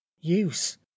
Use